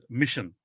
mission